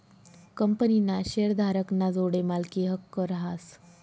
कंपनीना शेअरधारक ना जोडे मालकी हक्क रहास